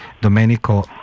Domenico